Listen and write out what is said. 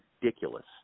ridiculous